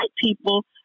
people